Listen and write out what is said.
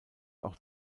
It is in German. auch